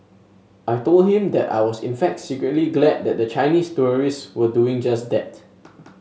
I told him that I was in fact secretly glad that the Chinese tourists were doing just that